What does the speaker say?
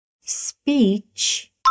speech